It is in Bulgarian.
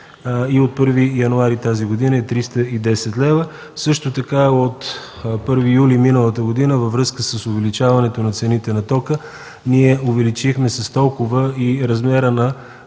и от 1 януари тази година е 310 лв. Също така от 1 юли миналата година във връзка с увеличаването на цените на тока, ние увеличихме с толкова и размера на